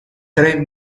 tre